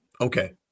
okay